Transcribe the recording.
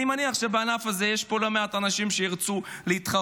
אני מניח שבענף הזה יש פה לא מעט אנשים שירצו להתחרות.